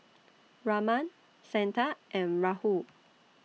Raman Santha and Rahul